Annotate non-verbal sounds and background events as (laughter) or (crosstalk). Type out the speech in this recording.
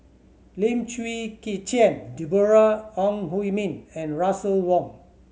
Lim Chwee (unintelligible) Chian Deborah Ong Hui Min and Russel Wong